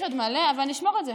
יש עוד מלא, אבל אני אשמור את זה.